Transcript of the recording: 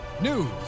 news